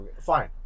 fine